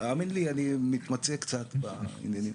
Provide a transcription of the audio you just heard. האמן לי אני מתמצא קצת בעניינים,